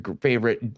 favorite